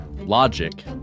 logic